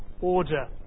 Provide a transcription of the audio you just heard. order